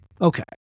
Okay